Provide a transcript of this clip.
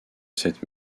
cette